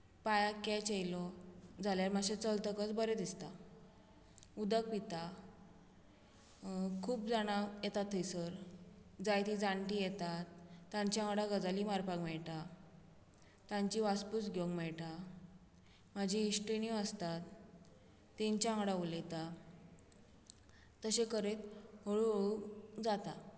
पांयाक catch येयलो जाल्यार मात्शें चलतकच बरें दिसता उदक पिता खूब जाणां येता थंयसर जायतीं जाणटी येतात तांचे वांगडा गजाली मारपाक मेळटा तांची वासपूस घेवंक मेळटा म्हज्यो इश्टिणीयो आसतात तेंच्या वांगडा उलयता तशें करीत हळू हळू जाता